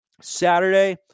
Saturday